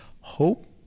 hope